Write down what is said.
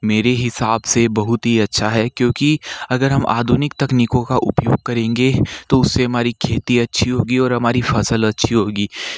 मेरे हिसाब से बहुत ही अच्छा है क्योंकि अगर हम आधुनिक तकनीकों का उपयोग करेंगे तो उससे हमारी खेती अच्छी होगी और हमारी फसल अच्छी होगी